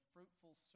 fruitful